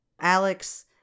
alex